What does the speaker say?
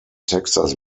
texas